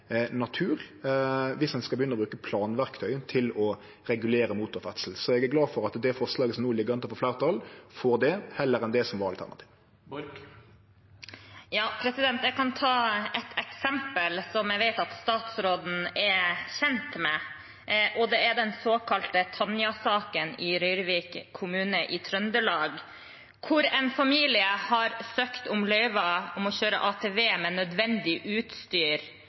skal begynne å bruke planverktøy til å regulere motorferdsel. Så eg er glad for at det forslaget som no ligg an til å få fleirtal, får det, heller enn det som var alternativet. Jeg kan ta et eksempel som jeg vet at statsråden er kjent med, og det er den såkalte Tanja-saken i Røyrvik kommune i Trøndelag, hvor en familie har søkt om løyve til å kjøre ATV med nødvendig utstyr